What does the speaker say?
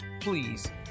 Please